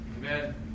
Amen